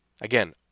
again